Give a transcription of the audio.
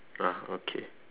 ah okay